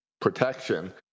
protection